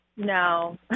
No